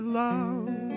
love